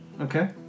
Okay